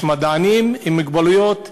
יש מדענים עם מוגבלויות,